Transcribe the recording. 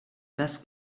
das